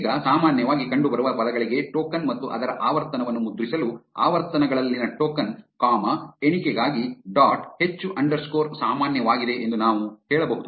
ಈಗ ಸಾಮಾನ್ಯವಾಗಿ ಕಂಡುಬರುವ ಪದಗಳಿಗೆ ಟೋಕನ್ ಮತ್ತು ಅದರ ಆವರ್ತನವನ್ನು ಮುದ್ರಿಸಲು ಆವರ್ತನಗಳಲ್ಲಿನ ಟೋಕನ್ ಕಾಮಾ ಎಣಿಕೆಗಾಗಿ ಡಾಟ್ ಹೆಚ್ಚು ಅಂಡರ್ಸ್ಕೋರ್ ಸಾಮಾನ್ಯವಾಗಿದೆ ಎಂದು ನಾವು ಹೇಳಬಹುದು